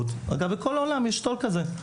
בכל העולם יש תופעה כזאת.